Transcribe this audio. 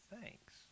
thanks